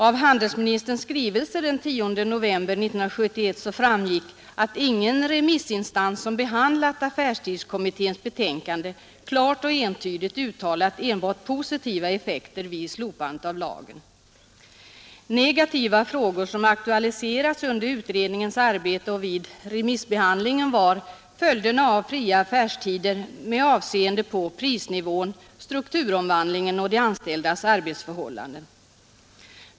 Av handelsministerns skrivelse den 10 november 1971 framgick att ingen remissinstans som behandlat affärstidskommitténs betänkande klart och entydigt kunnat påvisa enbart positiva effekter vid slopandet av lagen. Negativa effekter skulle — det hade framkommit både under utredningsarbetet och vid remissbehandlingen — kunna uppstå med avseende på prisnivån, strukturomvandlingen och de anställdas arbetsförhållanden.